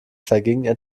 vergingen